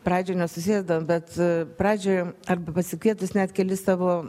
pradžiai nesusėdavom bet pradžiai arba pasikvietus net kelis savo